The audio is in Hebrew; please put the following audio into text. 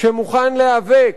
שמוכן להיאבק,